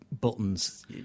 buttons